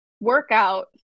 workout